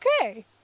okay